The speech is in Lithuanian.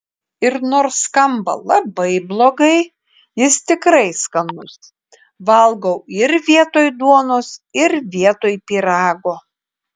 ir nors skamba labai blogai jis tikrai skanus valgau ir vietoj duonos ir vietoj pyrago